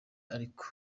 ariko